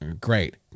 great